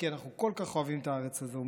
כי אנחנו כל כך אוהבים את הארץ הזו,